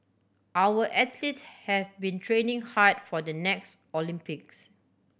our athlete have been training hard for the next Olympics